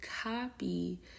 copy